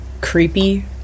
creepy